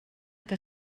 que